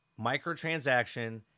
microtransaction